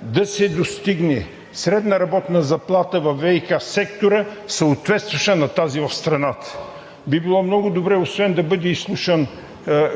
да се достигне средна работна заплата във ВиК сектора, съответстваща на тази в страната. Би било много добре освен да бъде изслушан